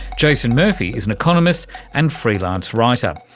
jason murphy is an economist and free-lance writer.